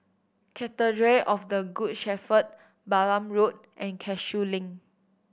Cathedral of the Good Shepherd Balam Road and Cashew Link